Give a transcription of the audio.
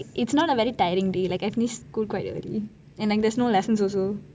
it is not a very tiring day like I finish school quite early and there are like no lessons also